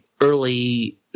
early